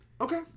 Okay